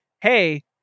Hey